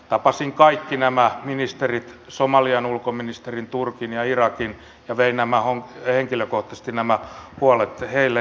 tapasin kaikki nämä ministerit somalian ulkoministerin turkin ja irakin ja vein henkilökohtaisesti nämä huolet heille